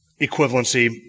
equivalency